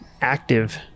active